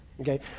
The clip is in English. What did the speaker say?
Okay